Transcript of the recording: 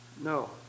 no